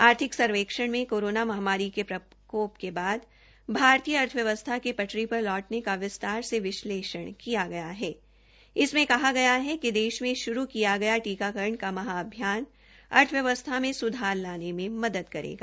आर्थिक सर्वेक्षण में कोरोना महामारी के प्रकोपल के बाद भारतीय अर्थव्यवस्था के प री पर लौ ने का विस्तार से विश्लेषण किया गया है इसमें कहा गया कि देश में श्रू किया गया पीकाकरण का महाअभियान अर्थव्यवस्था में सुधार लाने में मदद करेगा